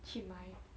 去买